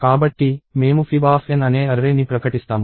కాబట్టి మేము fibN అనే అర్రే ని ప్రకటిస్తాము